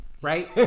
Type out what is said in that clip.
Right